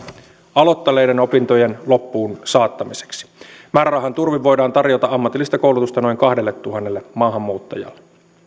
aloittaneiden opintojen loppuun saattamiseksi määrärahan turvin voidaan tarjota ammatillista koulutusta noin kahdelletuhannelle maahanmuuttajalle